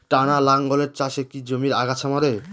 টানা লাঙ্গলের চাষে কি জমির আগাছা মরে?